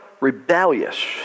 rebellious